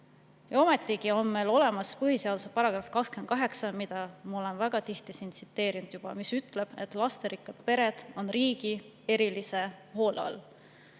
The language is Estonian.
Ometigi on meil olemas põhiseaduse § 28, mida ma olen väga tihti siin tsiteerinud ja mis ütleb, et lasterikkad pered on riigi erilise hoole